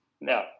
no